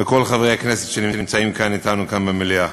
וכל חברי הכנסת שנמצאים כאן אתנו במליאה.